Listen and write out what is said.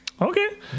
Okay